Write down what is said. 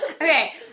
Okay